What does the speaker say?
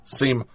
seem